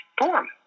form